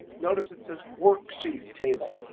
notice it says worksheet table.